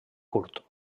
curt